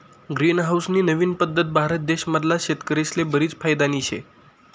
green house नी नवीन पद्धत भारत देश मधला शेतकरीस्ले बरीच फायदानी शे